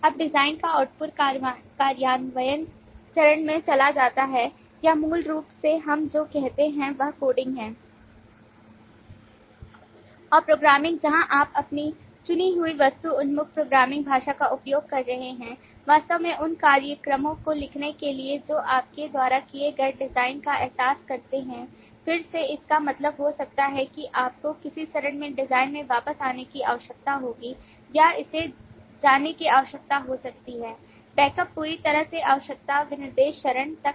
अब डिजाइन का output कार्यान्वयन चरण में चला जाता है यह मूल रूप से हम जो कहते हैं वह कोडिंग है और प्रोग्रामिंग जहां आप अपनी चुनी हुई वस्तु उन्मुख प्रोग्रामिंग भाषा का उपयोग कर रहे हैं वास्तव में उन कार्यक्रमों को लिखने के लिए जो आपके द्वारा किए गए डिजाइन का एहसास करते हैं फिर से इसका मतलब हो सकता है कि आपको किसी चरण में डिजाइन में वापस आने की आवश्यकता होगी या इसे जाने की आवश्यकता हो सकती है बैक अप पूरी तरह से आवश्यकता विनिर्देश चरण तक